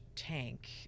Tank